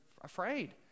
afraid